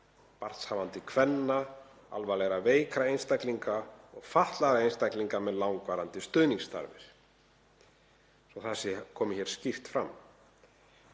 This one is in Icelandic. barnshafandi kvenna, alvarlega veikra einstaklinga og fatlaðra einstaklinga með langvarandi stuðningsþarfir, svo að það komi hér skýrt fram.